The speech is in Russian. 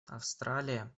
австралия